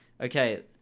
Okay